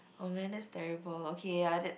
oh man that's terrible okay ya that's